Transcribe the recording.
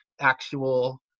actual